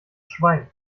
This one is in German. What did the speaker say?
schwein